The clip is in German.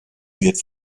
wird